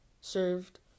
served